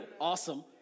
Awesome